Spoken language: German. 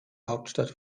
hauptstadt